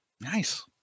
Nice